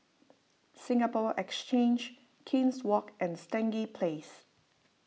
Singapore Exchange King's Walk and Stangee Place